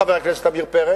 חבר הכנסת עמיר פרץ,